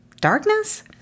Darkness